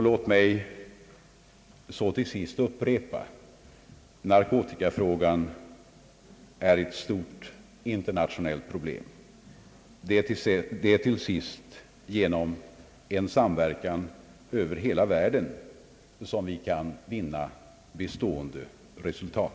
Låt mig så till sist upprepa: Narkotikafrågan är ett stort internationellt problem. Det är genom samverkan över hela världen som vi kan vinna bestående resultat.